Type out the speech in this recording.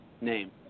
name